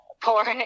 porn